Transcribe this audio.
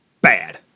bad